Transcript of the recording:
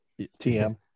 TM